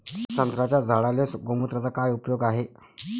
संत्र्याच्या झाडांले गोमूत्राचा काय उपयोग हाये?